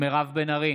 מירב בן ארי,